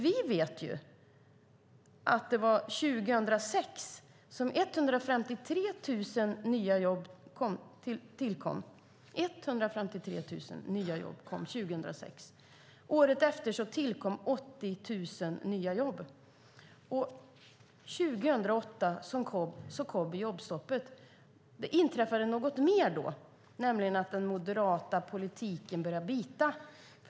Vi vet ju att 2006 tillkom 153 000 nya jobb. Året efter tillkom 80 000 nya jobb. År 2008 kom jobbstoppet. Det inträffade något mer då, nämligen att den moderata politiken började bita.